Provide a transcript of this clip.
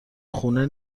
خونه